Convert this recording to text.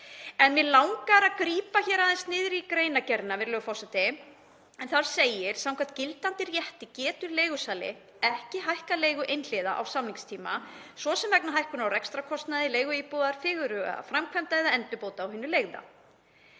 Mig langar að grípa aðeins niður í greinargerðinni, virðulegur forseti, en þar segir: „Samkvæmt gildandi rétti getur leigusali ekki hækkað leigu einhliða á samningstíma, svo sem vegna hækkunar á rekstrarkostnaði leiguíbúðar, fyrirhugaðra framkvæmda eða endurbóta á hinu leigða.“